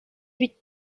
huit